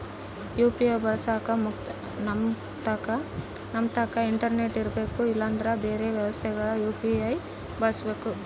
UPI ಬಳಸಕ ನಮ್ತಕ internet ಇರರ್ಬೆಕು ಇಲ್ಲಂದ್ರ ಬೆರೆ ವ್ಯವಸ್ಥೆಗ ಯು.ಪಿ.ಐ ಬಳಸಬಕು